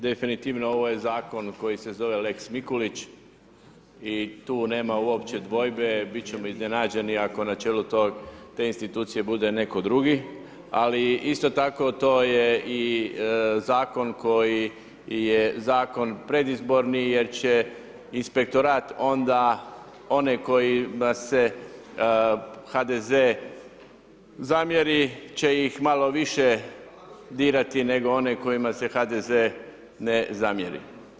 Definitivno ovo je zakon koji se zove lex Mikulić i tu nema uopće dvojbe biti ćemo iznenađeni, ako na čelu te institucije bude netko drugi, ali isto tako, to je i zakon koji je zakon predizborni, jer će inspektorat onda one kojima se HDZ zamjeri će ih malo više dirati, nego onima kojima se HDZ ne zamjeri.